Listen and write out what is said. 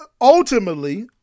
ultimately